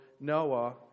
Noah